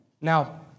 Now